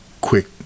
quick